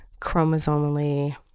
chromosomally